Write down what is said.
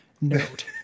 note